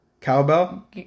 Cowbell